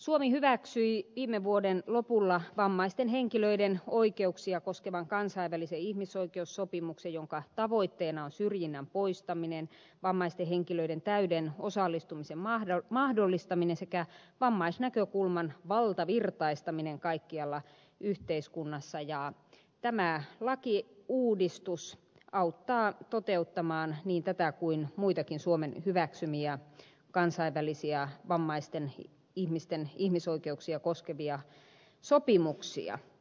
suomi hyväksyi viime vuoden lopulla vammaisten henkilöiden oikeuksia koskevan kansainvälisen ihmisoikeussopimuksen jonka tavoitteena on syrjinnän poistaminen vammaisten henkilöiden täyden osallistumisen mahdollistaminen sekä vammaisnäkökulman valtavirtaistaminen kaikkialla yhteiskunnassa ja tämä lakiuudistus auttaa toteuttamaan niin tätä kuin muitakin suomen hyväksymiä kansainvälisiä vammaisten ihmisten ihmisoikeuksia koskevia sopimuksia